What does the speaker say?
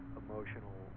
emotional